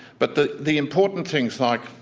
but the the important things like,